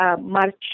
March